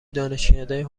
دانشکده